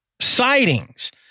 sightings